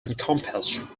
encompassed